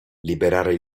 liberare